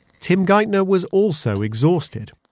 tim geithner was also exhausted.